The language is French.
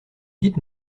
dites